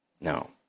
No